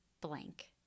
blank